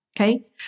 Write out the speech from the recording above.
Okay